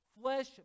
Flesh